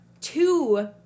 two